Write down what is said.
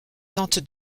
tente